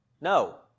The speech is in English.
No